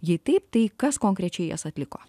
jei taip tai kas konkrečiai jas atliko